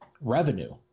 revenue